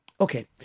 okay